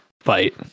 fight